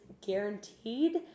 guaranteed